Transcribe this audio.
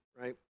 Right